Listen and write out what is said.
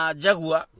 jagua